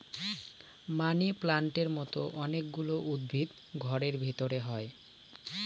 মানি প্লান্টের মতো অনেক গুলো উদ্ভিদ ঘরের ভেতরে হয়